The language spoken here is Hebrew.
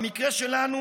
במקרה שלנו,